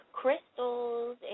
crystals